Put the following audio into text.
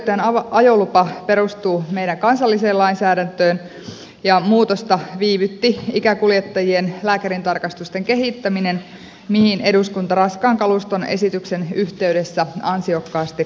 taksinkuljettajan ajolupa perustuu meidän kansalliseen lainsäädäntöömme ja muutosta viivytti ikäkuljettajien lääkärintarkastusten kehittäminen mihin eduskunta raskaan kaluston esityksen yhteydessä ansiokkaasti kiinnitti huomiota